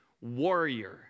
warrior